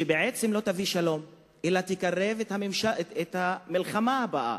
שבעצם לא תביא שלום אלא תקרב את המלחמה הבאה,